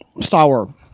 sour